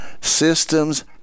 systems